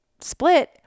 split